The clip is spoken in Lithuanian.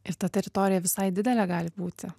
ir ta teritorija visai didelė gali būti